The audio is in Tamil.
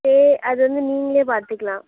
பே அது வந்து நீங்களே பார்த்துக்குலாம்